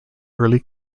early